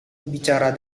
berbicara